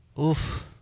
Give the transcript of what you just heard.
oof